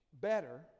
better